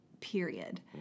period